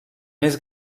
més